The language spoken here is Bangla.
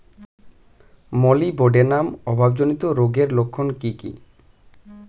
মলিবডেনাম অভাবজনিত রোগের লক্ষণ কি কি?